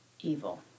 evil